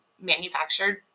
manufactured